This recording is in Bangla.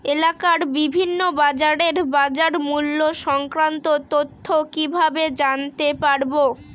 এলাকার বিভিন্ন বাজারের বাজারমূল্য সংক্রান্ত তথ্য কিভাবে জানতে পারব?